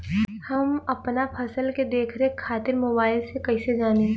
हम अपना फसल के देख रेख खातिर मोबाइल से कइसे जानी?